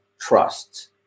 Trusts